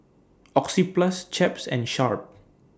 Oxyplus Chaps and Sharp